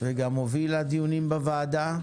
וגם הובילה דיונים בוועדה,